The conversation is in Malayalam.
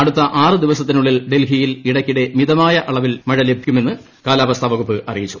അടുത്ത ആറ് ദിവസത്തിനുള്ളിൽ ഡൽഹിയിൽ ഇടയ്ക്കിടെ മിതമായ അളവിനു മഴ ലഭിക്കുമെന്ന് കാലാവസിമ്റ്റ്കുപ്പ് അറിയിച്ചു